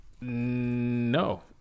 no